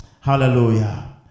Hallelujah